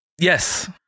Yes